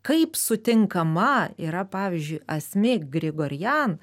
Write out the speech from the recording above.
kaip sutinkama yra pavyzdžiui asmik grigorian